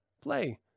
Play